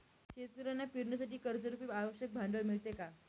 शेतकऱ्यांना पेरणीसाठी कर्जरुपी आवश्यक भांडवल मिळते का?